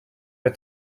est